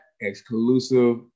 exclusive